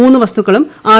മൂന്ന് വസ്തുക്കളും ആർ